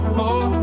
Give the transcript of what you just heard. more